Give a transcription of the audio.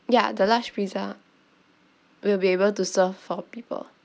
ya the large pizza will be able to serve four people